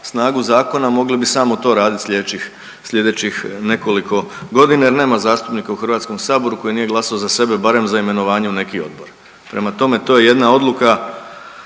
snagu zakona mogli bi samo to radit sljedećih nekoliko godina jer nema zastupnika u HS-u koji nije glasao za sebe, barem za imenovanje u neki odbor. Prema tome, to je jedna odluka